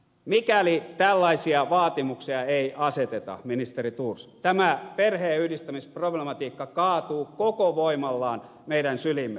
mikäli tällaisia vaatimuksia ei aseteta ministeri thors tämä perheenyhdistämisproblematiikka kaatuu koko voimallaan meidän syliimme